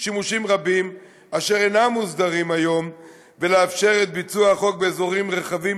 רבים אשר אינם מוסדרים היום ולאפשר את ביצוע החוק באזורים רחבים,